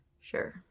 Sure